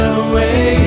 away